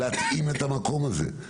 להתאים את המקום הזה.